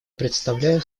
предоставляю